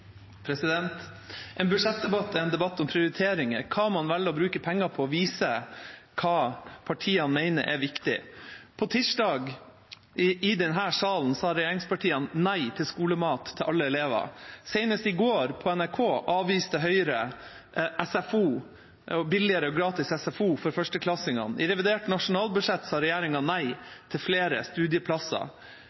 en debatt om prioriteringer. Hva man velger å bruke penger på, viser hva partiene mener er viktig. På tirsdag, i denne salen, sa regjeringspartiene nei til skolemat til alle elever. Senest i går, på NRK, avviste Høyre billigere og gratis SFO for førsteklassingene. I revidert nasjonalbudsjett sa regjeringa nei til flere studieplasser.